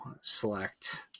select